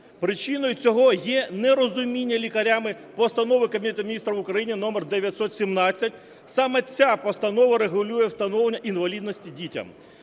Причиною цього є нерозуміння лікарями Постанови Кабінету Міністрів України № 917. Саме ця постанова регулює встановлення інвалідності дітям.